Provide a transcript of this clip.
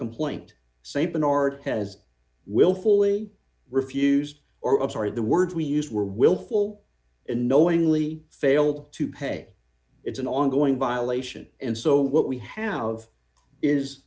complaint st bernard has willfully refused or i'm sorry the words we used were willful and knowingly failed to pay it's an ongoing violation and so what we have is